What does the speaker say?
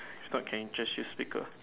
I thought can just use speaker